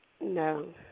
No